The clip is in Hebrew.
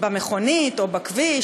במכונית או בכביש,